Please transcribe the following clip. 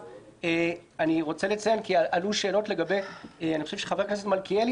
עלו שאלות אני חושב שחבר הכנסת מלכיאלי